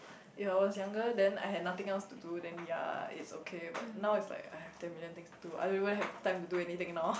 if I was younger then I have nothing else to do then yea it's okay but now it's like I have ten million things to do I don't even have time to do anything now